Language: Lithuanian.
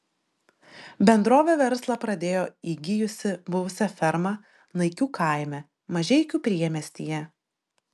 bendrovė verslą pradėjo įsigijusi buvusią fermą naikių kaime mažeikių priemiestyje